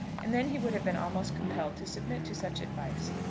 and then he would have been almost compelled to submit to such advice.